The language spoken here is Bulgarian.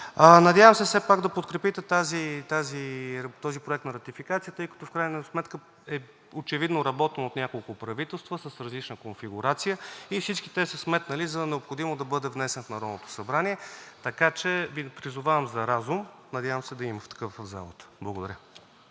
Надявам се все пак да подкрепите този проект на ратификация, тъй като в крайна сметка очевидно е работено от няколко правителства с различна конфигурация и всички те са сметнали за необходимо да бъде внесен в Народното събрание, така че Ви призовавам за разум. Надявам се да има такъв в залата. Благодаря.